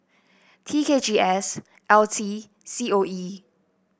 T K G S L T C O E